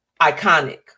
iconic